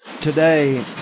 today